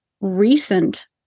recent